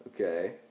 Okay